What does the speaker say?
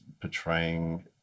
portraying